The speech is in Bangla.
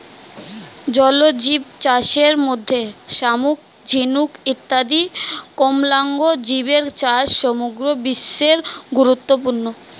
জলজীবচাষের মধ্যে শামুক, ঝিনুক ইত্যাদি কোমলাঙ্গ জীবের চাষ সমগ্র বিশ্বে গুরুত্বপূর্ণ